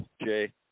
Jay